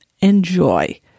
Enjoy